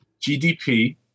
GDP